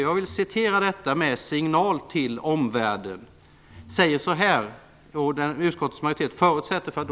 Jag vill, med signal till omvärlden, citera vad utskottsmajoriteten skriver i betänkandet.